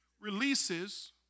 releases